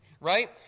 right